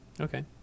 Okay